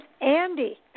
Andy